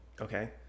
okay